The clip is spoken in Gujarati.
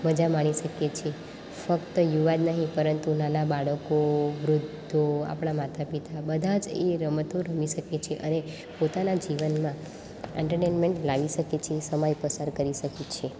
મજા માણી શકીએ છીએ ફક્ત યુવાન નહીં પરંતુ નાના બાળકો વૃદ્ધો આપણાં માતા પિતા બધા જ એ રમતો રમી શકે છે અને પોતાનાં જીવનમાં એન્ટરટેનમેન્ટ લાવી શકે છે સમય પસાર કરી શકે છે